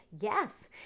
Yes